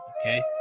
Okay